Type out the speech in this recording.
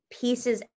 pieces